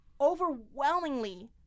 Overwhelmingly